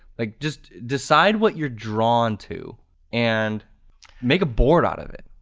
like just decide what you're drawn to and make a board out of it,